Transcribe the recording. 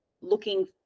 looking